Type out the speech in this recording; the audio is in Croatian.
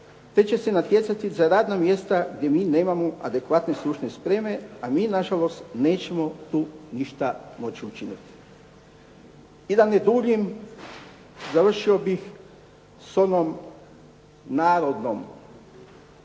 te će se natjecati za radna mjesta gdje mi nemamo adekvatne stručne spreme, a mi na žalost nećemo tu ništa moći učiniti. I da ne duljim, završio bih s onom narodnom